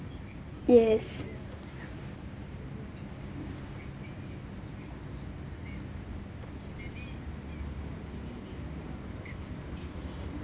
yes